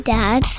Dad